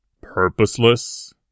Purposeless